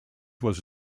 was